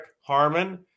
Harmon